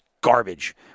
garbage